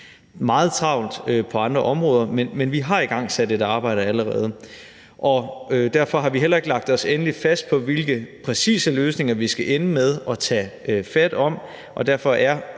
meget travlt på andre områder, men vi har igangsat et arbejde allerede. Derfor har vi heller ikke lagt os endelig fast på, hvilke præcise løsninger vi skal ende med at tage fat om,